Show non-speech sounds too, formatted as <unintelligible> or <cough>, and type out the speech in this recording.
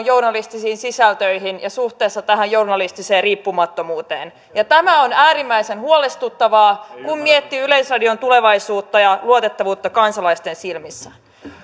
<unintelligible> journalistisiin sisältöihin ja suhteessa tähän journalistiseen riippumattomuuteen ja tämä on äärimmäisen huolestuttavaa kun miettii yleisradion tulevaisuutta ja luotettavuutta kansalaisten silmissä